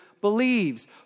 believes